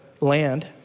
land